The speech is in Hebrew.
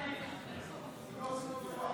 בתקופת בחירות (תיקון,